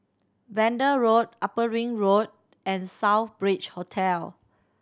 Vanda Road Upper Ring Road and Southbridge Hotel